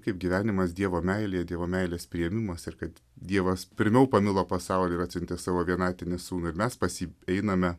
kaip gyvenimas dievo meilei dievo meilės priėmimas ir kad dievas pirmiau pamilo pasaulį ir atsiuntė savo vienatinį sūnų ir mes pas jį einame